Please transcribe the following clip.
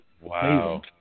Wow